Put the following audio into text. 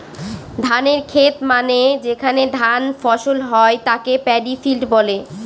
ধানের খেত মানে যেখানে ধান ফসল হয় তাকে পাডি ফিল্ড বলে